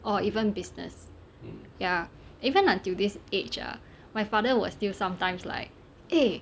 or even business ya even until this age ah my father will still sometimes like eh